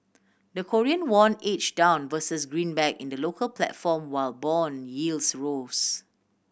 the Korean won edge down versus greenback in the local platform while bond yields rose